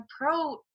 pro